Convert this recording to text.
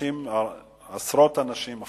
עשרות אנשים,